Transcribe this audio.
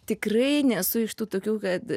tikrai nesu iš tų tokių kad